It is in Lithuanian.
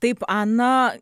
taip ana